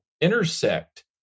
intersect